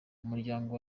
umuryango